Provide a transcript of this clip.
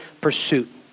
pursuit